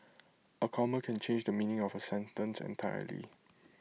A comma can change the meaning of A sentence entirely